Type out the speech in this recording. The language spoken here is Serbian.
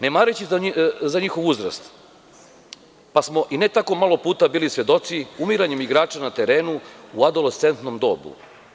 Ne mareći za njihov uzrast, pa smo i ne tako malo puta bili svedoci umiranjem igrača na terenu u adolescentnom dobu.